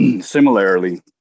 similarly